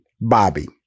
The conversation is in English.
Bobby